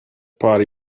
party